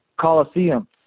Coliseum